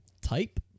type